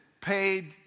paid